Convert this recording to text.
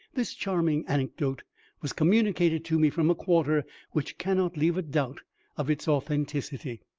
this charming anecdote was communicated to me from a quarter which cannot leave a doubt of its authenticity,